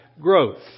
growth